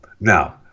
Now